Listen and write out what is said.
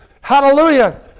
hallelujah